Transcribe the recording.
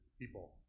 people